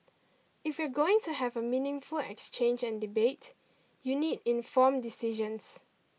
if you're going to have a meaningful exchange and debate you need informed decisions